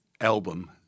album